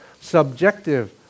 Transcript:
subjective